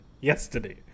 yesterday